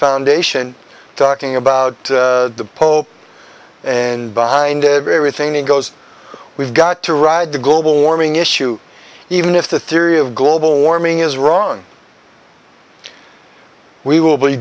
foundation talking about the pope and behind everything it goes we've got to ride the global warming issue even if the theory of global warming is wrong we will be